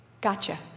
gotcha